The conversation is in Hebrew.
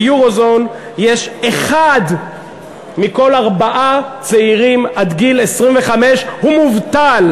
אחד מכל ארבעה צעירים עד גיל 25 הוא מובטל.